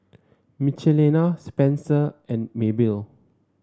Michelina Spencer and Maybelle